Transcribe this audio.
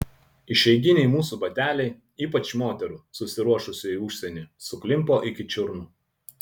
išeiginiai mūsų bateliai ypač moterų susiruošusių į užsienį suklimpo iki čiurnų